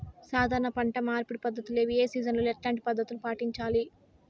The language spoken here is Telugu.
సాధారణ పంట మార్పిడి పద్ధతులు ఏవి? ఏ సీజన్ లో ఎట్లాంటి పద్ధతులు పాటించాలి?